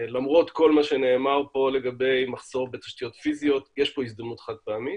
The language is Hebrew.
למרות מה שנאמר פה לגבי מחסור בתשתיות פיזיות יש פה הזדמנות חד פעמית,